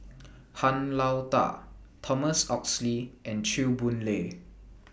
Han Lao DA Thomas Oxley and Chew Boon Lay